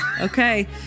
Okay